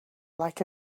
like